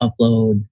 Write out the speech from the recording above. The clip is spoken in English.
upload